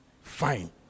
fine